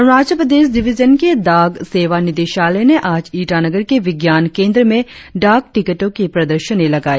Arunachal Pradesh division की डाक सेवा निदेशालय ने आज ईटानगर के विज्ञान केंद्र में डाक टिकटों की प्रदर्शनी लगाई